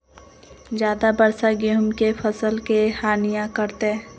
ज्यादा वर्षा गेंहू के फसल के हानियों करतै?